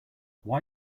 why